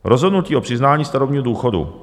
Rozhodnutí o přiznání starobního důchodu.